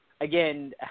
again